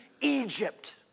Egypt